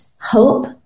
hope